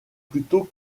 plutôt